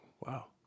wow